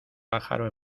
pájaro